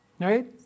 right